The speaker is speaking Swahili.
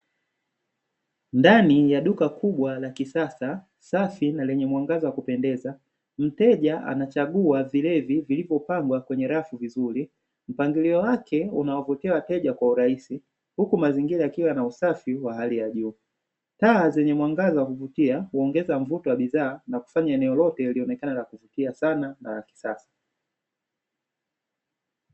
Ndani ya duka kubwa la kisasa safi na lenye mwangaza wa kupendeza, mteja anachagua vilevi vilivyopangwa kwenye rafu vizuri. Mpangilio wake unawavutia wateja kwa urahisi ,huku mazingira yakiwa yana usafi wa hali ya juu. Taa zenye mwangaza wa kuvutia huongeza mvuto wa bidhaa na kufanya eneo lote lionekane la kuvutia sana na la kisasa.